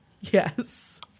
Yes